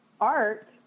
art